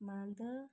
Malda